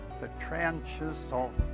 the trenches, so.